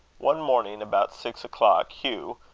one morning, about six o'clock, hugh,